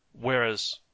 Whereas